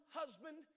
husband